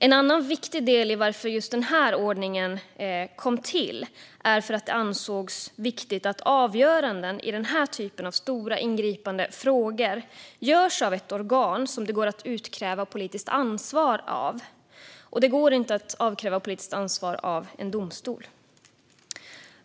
En annan viktig del i varför just den här ordningen kom till är att det ansågs viktigt att avgöranden i den här typen av stora, ingripande frågor görs av ett organ som det går att utkräva politiskt ansvar av. Det går inte att utkräva politiskt ansvar av en domstol.